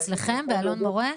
אצלכם באלון מורה?